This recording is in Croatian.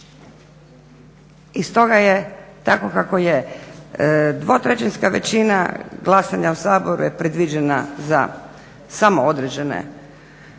I stoga je tako kako je, dvotrećinska većina glasanja u Saboru je predviđena za samo određena postupanja.